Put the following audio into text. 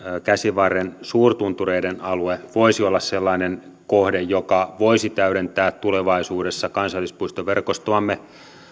käsivarren suurtuntureiden alue voisi olla sellainen kohde joka voisi täydentää tulevaisuudessa kansallispuistoverkostoamme